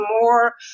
more